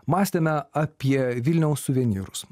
mąstėme apie vilniaus suvenyrus